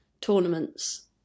tournaments